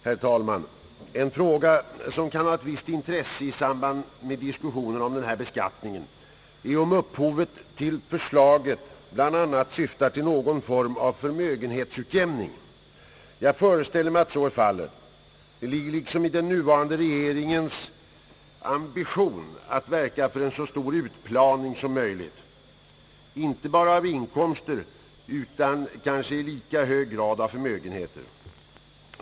Herr talman! En fråga som kan ha ett visst intresse i samband med dis kussionen om denna beskattning är om förslaget bl.a. syftar till någon form av förmögenhetsutjämning. Jag föreställer mig att så är fallet. Det ligger i den nuvarande regeringens ambition att verka för en så stor utjämning som möjligt, inte bara av inkomster utan kanske i lika hög grad av förmögenheter.